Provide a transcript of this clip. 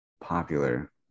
popular